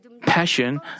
passion